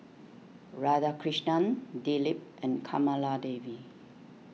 Radhakrishnan Dilip and Kamaladevi